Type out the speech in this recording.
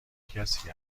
کسی